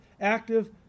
active